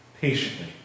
patiently